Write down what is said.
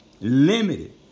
Limited